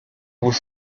was